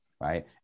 right